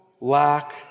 lack